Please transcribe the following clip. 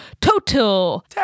total